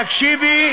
לגברים, תשמעי, תקשיבי.